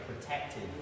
protected